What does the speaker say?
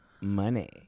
Money